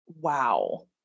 Wow